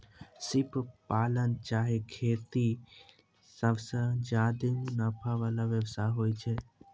सिप पालन चाहे खेती सबसें ज्यादे मुनाफा वला व्यवसाय होय छै